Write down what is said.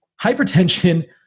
hypertension